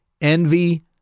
envy